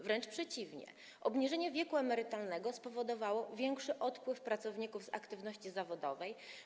Wręcz przeciwnie, obniżenie wieku emerytalnego spowodowało większy odpływ pracowników z aktywności zawodowej.